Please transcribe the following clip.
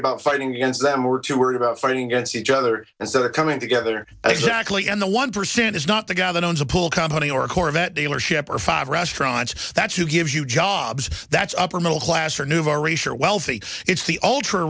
about fighting against them we're too worried about fighting against each other and that are coming together exactly and the one percent is not the guy that owns a pool company or a corvette dealership or five restaurants that's who gives you jobs that's upper middle class or new are a sure wealthy it's the ultra